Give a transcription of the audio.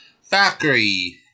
Factory